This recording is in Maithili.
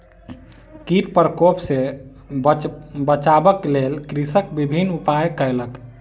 कीट प्रकोप सॅ बचाबक लेल कृषक विभिन्न उपाय कयलक